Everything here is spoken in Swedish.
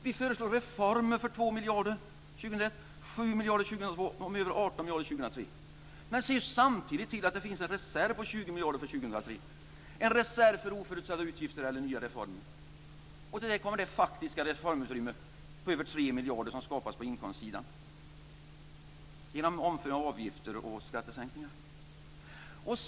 Vi föreslår reformer för 2 miljarder år 2001, 7 miljarder år 2002 och över 18 miljarder år 2003. Men vi ser samtidigt till att det finns en reserv på 20 miljarder för år 2003, en reserv för oförutsedda utgifter eller nya reformer. Till det kommer det faktiska reformutrymme på över 3 miljarder som skapas på inkomstsidan genom omföringar av avgifter och skattesänkningar.